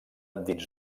dins